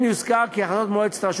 כן יוזכר כי החלטות רלוונטיות